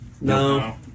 No